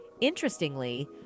Interestingly